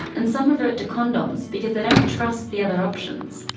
and some revert to condoms because they don't trust the other options.